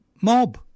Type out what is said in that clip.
mob